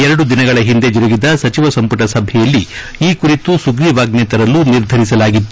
ಎರಡು ದಿನಗಳ ಹಿಂದೆ ಜರುಗಿದ ಸಚಿವಸಂಪುಟ ಸಭೆಯಲ್ಲಿ ಈ ಕುರಿತು ಸುಗ್ರೀವಾಜ್ಞೆ ತರಲು ನಿರ್ಧರಿಸಲಾಗಿತ್ತು